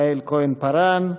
יעל כהן-פארן,